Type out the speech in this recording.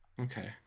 okay